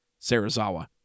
Sarazawa